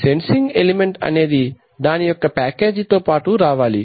sensing element అనేది దాని యొక్క ప్యాకేజీతో పాటు రావాలి